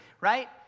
right